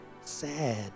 sad